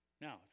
Now